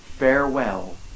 Farewell